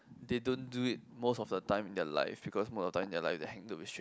they don't do it most of the time in their life because most of time in their life they handle with stranger